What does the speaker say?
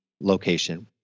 location